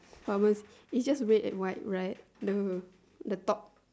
pharma~ it's just red and white right the the top